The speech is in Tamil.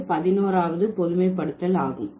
இது பதினோராவது பொதுமைப்படுத்தல் ஆகும்